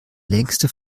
längste